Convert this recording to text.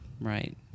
Right